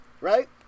right